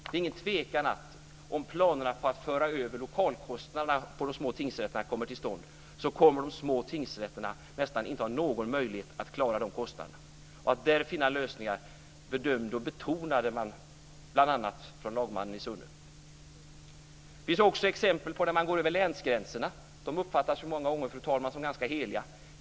Det är ingen tvekan om att om planerna på att föra över lokalkostnaderna på de små tingsrätterna kommer till stånd kommer de små tingsrätterna nästan inte att ha någon möjlighet att klara de kostnaderna. Nödvändigheten att där finna lösningar betonades, bl.a. av lagmannen i Det finns också exempel på att man går över länsgränserna, som många gånger uppfattas som heliga.